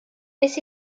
nes